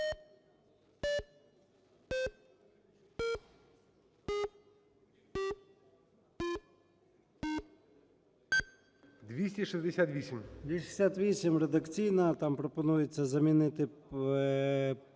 О.М. 268 редакційна. Там пропонується замінити